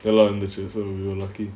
allowing the chance um you were lucky